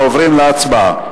אנחנו עוברים להצבעה.